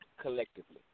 collectively